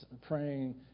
praying